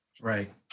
Right